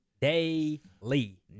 daily